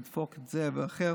לדפוק את זה ואחר,